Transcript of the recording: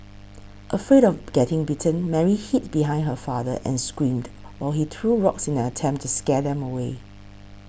afraid of getting bitten Mary hid behind her father and screamed while he threw rocks in an attempt to scare them away